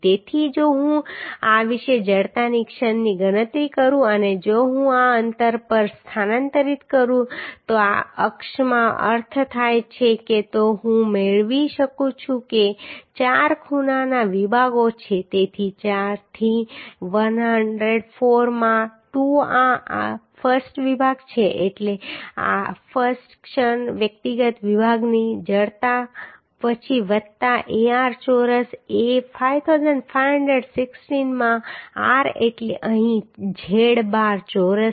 તેથી જો હું આ વિશે જડતાની ક્ષણની ગણતરી કરું અને જો હું આ અંતર પર સ્થાનાંતરિત કરું તો આ અક્ષમાં અર્થ થાય છે તો હું મેળવી શકું છું કે ચાર ખૂણાના વિભાગો છે તેથી 4 થી 104 માં 2 આ I વિભાગ છે એટલે I ક્ષણ વ્યક્તિગત વિભાગની જડતા પછી વત્તા Ar ચોરસ A 5516 માં r એટલે અહીં z બાર ચોરસ